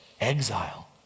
Exile